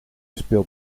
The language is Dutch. speelt